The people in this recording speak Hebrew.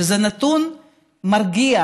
שזה נתון מרגיע,